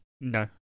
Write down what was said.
No